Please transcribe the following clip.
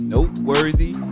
Noteworthy